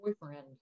boyfriend